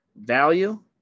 Value